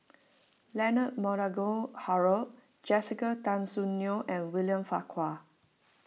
Leonard Montague Harrod Jessica Tan Soon Neo and William Farquhar